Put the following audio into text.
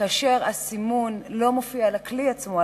כאשר הסימון לא מופיע על הכלי עצמו,